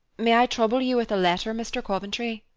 may i trouble you with a letter, mr. coventry?